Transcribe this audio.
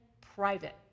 private